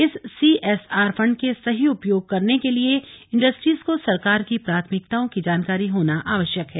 इस CSR fund के सही उपयोग करने के लिए इंडस्ट्रीज को सरकार की प्राथमिकताओं की जानकारी होना आवश्यक है